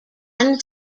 one